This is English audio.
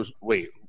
wait